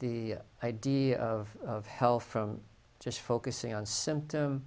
the idea of health from just focusing on symptom